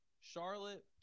Charlotte